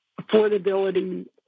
affordability